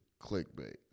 clickbait